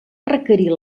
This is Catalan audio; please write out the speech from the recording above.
requerir